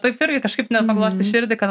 taip irgi kažkaip net paglostė širdį kad